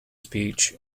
speech